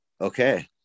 okay